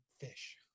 fish